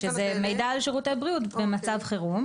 שזה מידע על שירותי בריאות במצב חירום.